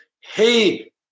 hey